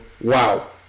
wow